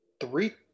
Three